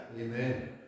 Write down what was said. Amen